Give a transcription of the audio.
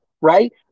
right